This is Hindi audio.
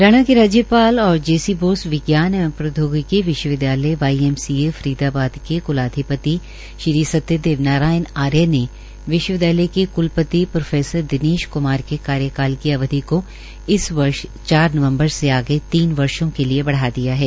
हरियाणा के राज्यपाल और जे सी बोस विज्ञान एवं प्रौद्योगिकी विश्वविदयालय वाईएमसीए फरीदाबद के क्लाधिपति श्रीसत्यादेव नारायण आर्य ने विश्वविदयालय के कुलपति प्रो दिनेश कुमार के कार्य काल की अवधि को इस वर्ष चार नवम्बर के लिए बढ़ा दिया है